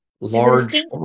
Large